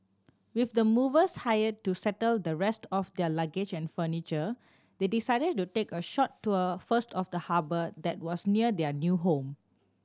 with the movers hired to settle the rest of their luggage and furniture they decided to take a short tour first of the harbour that was near their new home